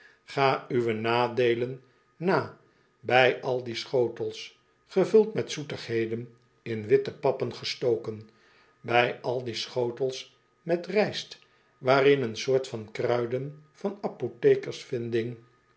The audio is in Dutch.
ga uwe nadeelen na bij al die schotels gevuld met zoetigheden in witte pappen gestoken bij al die schotels met rijst waarin een soort van kruiden van apothekers vinding